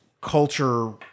culture